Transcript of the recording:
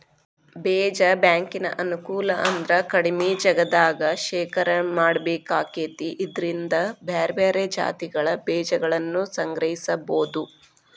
ಬೇಜ ಬ್ಯಾಂಕಿನ ಅನುಕೂಲ ಅಂದ್ರ ಕಡಿಮಿ ಜಗದಾಗ ಶೇಖರಣೆ ಮಾಡ್ಬೇಕಾಕೇತಿ ಇದ್ರಿಂದ ಬ್ಯಾರ್ಬ್ಯಾರೇ ಜಾತಿಗಳ ಬೇಜಗಳನ್ನುಸಂಗ್ರಹಿಸಬೋದು